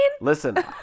Listen